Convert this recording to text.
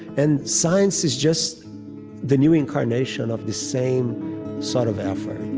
and science is just the new incarnation of the same sort of effort